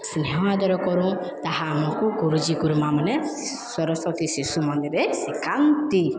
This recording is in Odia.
ସ୍ନେହ ଆଦର କରୁ ତାହା ଆମକୁ ଗୁରୁଜୀ ଗୁରୁମାମାନେ ସରସ୍ଵତୀ ଶିଶୁ ମନ୍ଦିରରେ ଶିଖାନ୍ତି